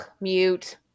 mute